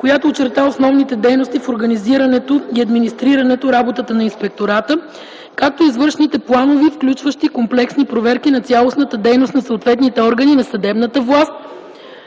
която очерта основните дейности в организирането и администрирането работата на Инспектората, както и извършените планови, включващи комплексни проверки на цялостната дейност на съответните органи на съдебната власт,